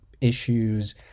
issues